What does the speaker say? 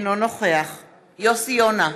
אינו נוכח יוסי יונה,